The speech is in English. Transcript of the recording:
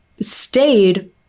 stayed